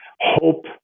hope